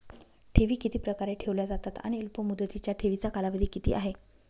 ठेवी किती प्रकारे ठेवल्या जातात आणि अल्पमुदतीच्या ठेवीचा कालावधी किती आहे?